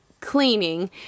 cleaning